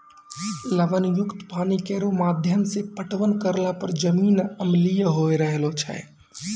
लवण युक्त पानी केरो माध्यम सें पटवन करला पर जमीन अम्लीय होय रहलो छै